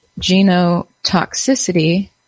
genotoxicity